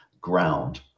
ground